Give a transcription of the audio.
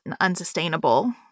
unsustainable